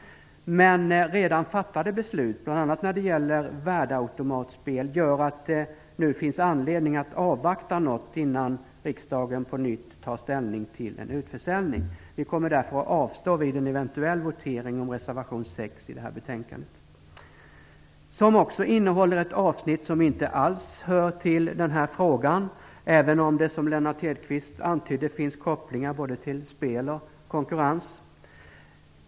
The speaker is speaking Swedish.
Men redan fattade beslut, bl.a. när det gäller värdeautomatspel, gör att det nu finns anledning att avvakta något innan riksdagen på nytt tar ställning till en utförsäljning. Vi kommer därför att avstå vid en eventuell votering om reservation 6 i det här betänkandet. Betänkandet innehåller också ett avsnitt som inte alls hör till den här frågan, även om det, som Lennart Hedquist antydde, finns kopplingar till både spel och konkurrens.